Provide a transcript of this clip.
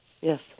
Yes